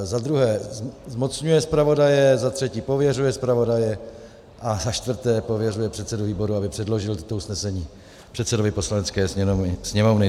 Za druhé zmocňuje zpravodaje, za třetí pověřuje zpravodaje a za čtvrté pověřuje předsedu výboru, aby předložil toto usnesení předsedovi Poslanecké sněmovny.